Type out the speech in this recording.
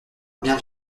bien